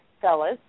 fellas